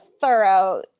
thorough